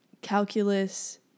calculus